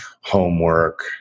homework